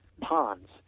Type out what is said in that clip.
ponds